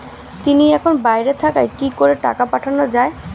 তিনি এখন বাইরে থাকায় কি করে টাকা পাঠানো য়ায়?